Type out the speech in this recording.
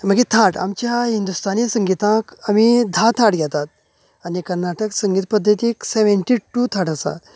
मागीर थाट आमच्या हिंदुस्थानी संगिताक आमी धा थाट घेतात आनी कन्नाटक संगीत पद्दतीक सॅवॅन्टी टू थाट आसा